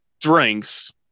drinks